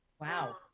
wow